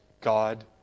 God